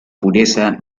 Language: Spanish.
pureza